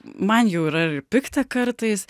man jau yra ir pikta kartais